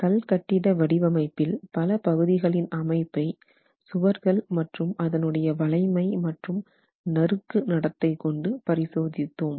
கல்கட்டிட வடிவமைப்பில் பல பகுதிகளின் அமைப்பை சுவர்கள் மற்றும் அதனுடைய வளைமை மற்றும் நறுக்கு நடத்தை கொண்டு பரிசோதித்தோம்